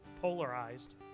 polarized